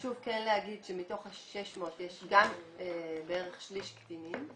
חשוב כן להגיד שמתוך ה-600 יש בערך שליש קטינים,